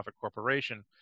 corporation